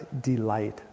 delight